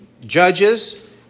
judges